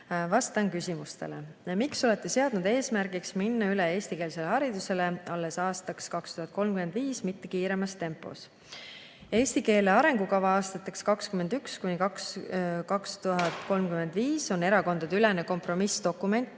Vastan küsimustele. "Miks olete seadnud eesmärgiks minna eestikeelsele haridusele üle alles aastaks 2035, aga mitte kiiremas tempos?" "Eesti keele arengukava aastateks 2021–2035" on erakondadeülene kompromissdokument